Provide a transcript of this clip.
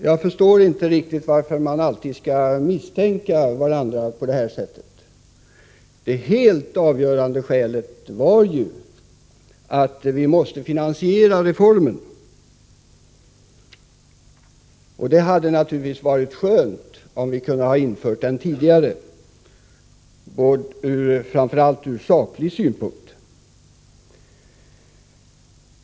Jag förstår inte riktigt varför man alltid skall misstänka varandra på detta sätt. Det helt avgörande skälet var ju att vi måste finansiera reformen. Det hade naturligtvis varit skönt om vi kunde ha infört reformen tidigare, framför allt från saklig synpunkt.